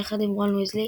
יחד עם רון וויזלי.